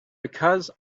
because